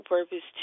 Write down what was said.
Purpose